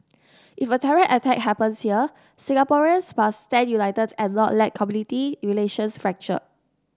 if a terror attack happens here Singaporeans must stand united and not let community relations fracture